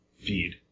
feed